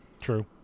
True